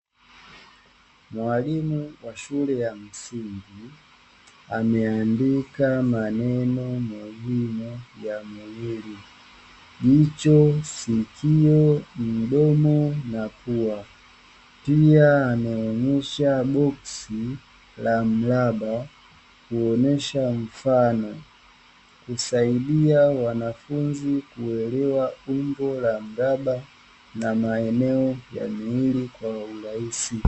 Mwalimu wa shule ya msingi ameandika maneno muhimu ya mwili; jicho, sikio, na pua. Pia ameonesha boksi la mraba kuonesha mfano; husaidia wanafunzi kuelewa umbo la mraba na maeneo ya miili kwa urahisi.